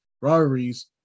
rivalries